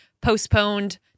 postponed